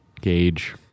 gauge